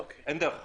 אין דרך אחרת.